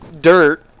dirt